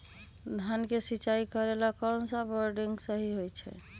धान के सिचाई करे ला कौन सा बोर्डिंग सही होई?